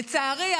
לצערי,